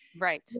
Right